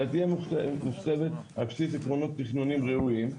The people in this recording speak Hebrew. אלא תהיה מוכתבת על בסיס עקרונות תכנוניים ראויים,